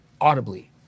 audibly